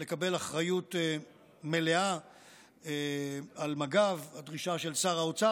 לקבל אחריות מלאה על מג"ב או דרישה של שר האוצר